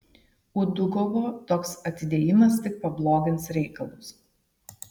udugovo toks atidėjimas tik pablogins reikalus